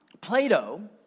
Plato